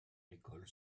l’école